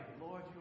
Lord